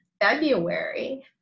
february